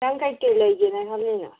ꯅꯪ ꯀꯔꯤ ꯀꯔꯤ ꯂꯩꯒꯦꯅ ꯈꯜꯂꯤꯅꯣ